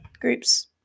groups